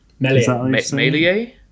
Melier